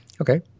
Okay